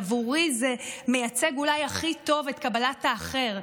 עבורי זה אולי מייצג הכי טוב את קבלת האחר,